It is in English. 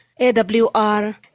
AWR